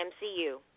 MCU